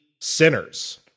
sinners